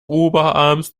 oberarms